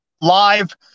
Live